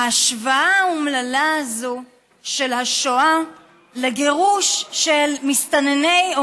ההשוואה האומללה הזאת של השואה לגירוש של מסתנני או